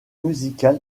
musical